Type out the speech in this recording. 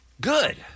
good